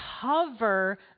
cover